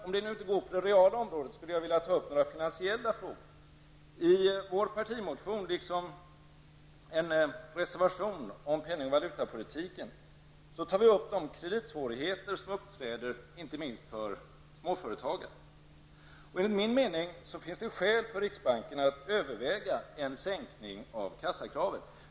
Om det inte går på det reala området, skulle jag vilja ta upp några finansiella frågor. I vår partimotion, liksom i en reservation om penning och valutapolitiken, tar vi upp de kreditsvårigheter som uppträder inte minst för småföretagen. Enligt min mening finns det skäl för riksbanken att överväga en sänkning av kassakraven.